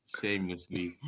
shamelessly